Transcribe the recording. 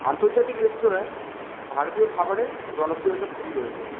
আন্তর্জাতিক রেস্তোরাঁয় ভারতীয় খাবারের জনপ্রিয়তা খুবই রয়েছে